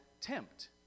tempt